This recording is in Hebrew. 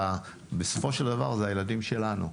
בסופו של דבר, זה הילדים שלנו.